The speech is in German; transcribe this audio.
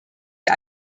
wir